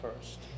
first